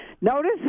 Notice